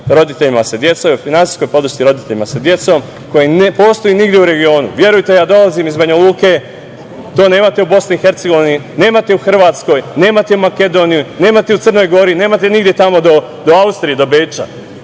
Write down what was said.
roditeljima sa decom i o finansijskoj podršci roditeljima sa decom, koji ne postoji nigde u regionu. Verujte, ja dolazim iz Banjaluke, to nemate u Bosni i Hercegovini, nemate u Hrvatskoj, nemate u Makedoniji, nemate u Crnoj Gori, nemate nigde tamo do Austrije, do Beča.